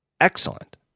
excellent